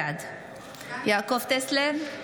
בעד יעקב טסלר,